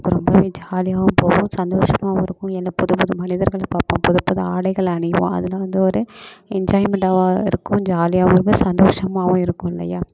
அப்புறம் போய் ஜாலியாகவும் போகும் சந்தோஷமாகவும் இருக்கும் எல்லாம் புது புது மனிதர்களை பார்ப்போம் புது புது ஆடைகளை அணிவோம் அதில் வந்து ஒரு என்ஜாய்மெண்ட்டாக இருக்கும் ஜாலியாகவும் இருக்கும் சந்தோஷமாகவும் இருக்கும் இல்லையா